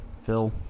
Phil